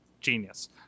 Genius